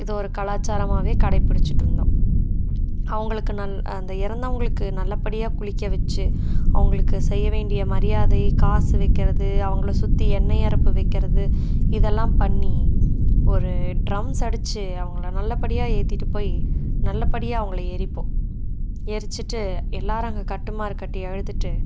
இத ஒரு கலாச்சாரமாகவே கடைப்பிடிச்சிட்டுருந்தோம் அவங்களுக்கு நல் அந்த இறந்தவங்களுக்கு நல்லபடியாக குளிக்க வச்சு அவங்களுக்கு செய்ய வேண்டிய மரியாதை காசு வைக்கிறது அவங்களை சுஏறி எண்ணெய் அறப்பு வைக்கிறது இதெல்லாம் பண்ணி ஒரு ட்ரம்ஸ் அடித்து அவங்கள நல்லபடியாக ஏற்றிட்டு போய் நல்லபடியாக அவங்களை எரிப்போம் எரிச்சுட்டு எல்லோரும் அங்கே கட்டுமாரு கட்டி அழுதுட்டு